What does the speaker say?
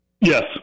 Yes